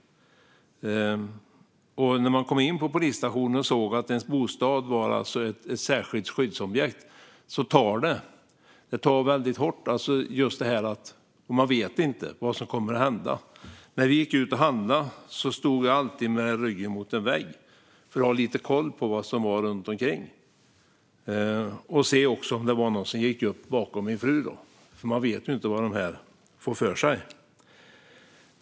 När jag kom in på polisstationen och såg att min bostad var ett särskilt skyddsobjekt tog det hårt; jag visste inte vad som skulle hända. När vi gick ut och handlade stod vi alltid med ryggen mot en vägg för att ha lite koll på vad som hände runt omkring och för att kunna se om någon gick upp bakom min fru. Vi visste inte vad de kunde få för sig.